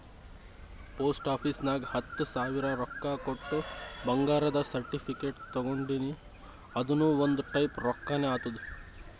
post office ನಾಗ್ ಹತ್ತ ಸಾವಿರ ರೊಕ್ಕಾ ಕೊಟ್ಟು ಬಂಗಾರದ ಸರ್ಟಿಫಿಕೇಟ್ ತಗೊಂಡಿನಿ ಅದುನು ಒಂದ್ ಟೈಪ್ ರೊಕ್ಕಾನೆ ಆತ್ತುದ್